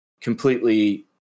completely